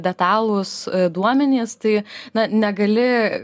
detalūs duomenys tai na negali